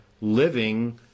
living